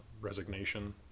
resignation